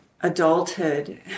adulthood